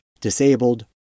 disabled